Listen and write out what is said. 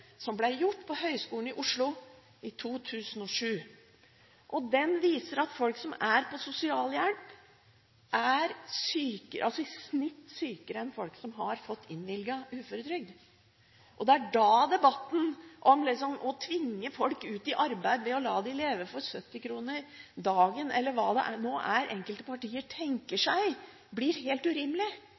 som ble utført av Høgskolen i Oslo i 2007. Den viser at folk som er på sosialhjelp, i snitt er sykere enn folk som har fått innvilget uføretrygd. Da blir debatten om vi nærmest skal tvinge folk ut i arbeid ved å la dem leve på 70 kr dagen – eller hva det nå er enkelte partier tenker seg – helt urimelig.